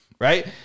right